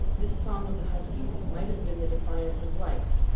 this song of the huskies might have been the defiance of life,